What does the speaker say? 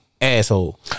Asshole